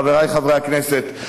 חבריי חברי הכנסת,